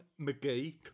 McGee